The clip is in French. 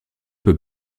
peut